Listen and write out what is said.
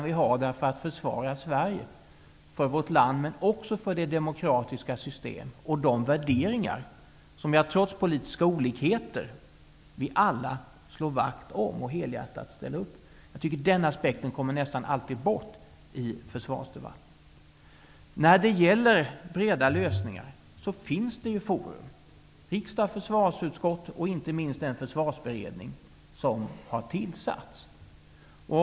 Vi har det för att försvara Sverige, vårt land, men också det demokratiska systemet och de värderingar som vi alla, trots att det finns politiska olikheter, slår vakt om och helhjärtat ställer upp på. Den aspekten kommer nästan alltid bort i försvarsdebatten. När det gäller breda lösningar finns det forum för sådana, nämligen riksdag, försvarsutskott och inte minst den försvarsberedning som har tillsatts.